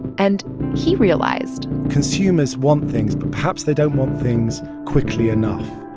and he realized. consumers want things. but, perhaps, they don't want things quickly enough.